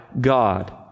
God